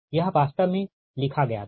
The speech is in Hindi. यह वास्तव में लिखा गया था